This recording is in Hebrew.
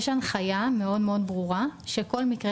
יש הנחיה מאוד מאוד ברורה שעל כל מקרה